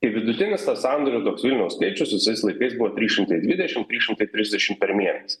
tai vidutinis tas sandorių toks vilniaus skaičius visais laikas buvo trys šimtai dvidešim trys šimtai trisdešim per mėnesį